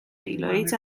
aelwyd